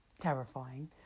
terrifying